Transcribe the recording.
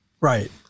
right